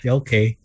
okay